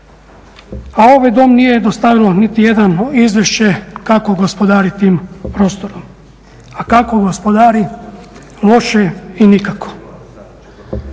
u ovaj dom nije dostavilo niti jedno izvješće kako gospodari tim prostorom. A kako gospodari, loše i nikako.